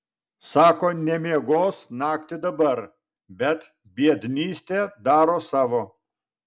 sako nemiegos naktį dabar bet biednystė daro savo